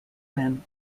men